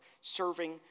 serving